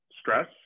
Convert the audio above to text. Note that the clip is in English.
stress